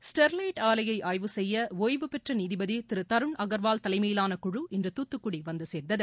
Sterlite ஆலையை ஆய்வு செய்ய ஒய்வு பெற்ற நீதிபதி திரு தருண் அகர்வால் தலைமையிலான குழு இன்று தூத்துக்குடி வந்துசேர்ந்தது